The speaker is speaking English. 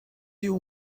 you